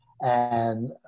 and-